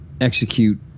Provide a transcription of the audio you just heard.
Execute